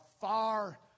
far